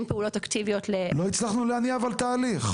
פעולות אקטיביות --- לא הצלחנו אבל להניע תהליך.